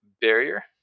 barrier